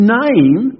name